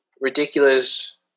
Ridiculous